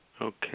Okay